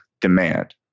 demand